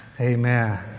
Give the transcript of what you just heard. Amen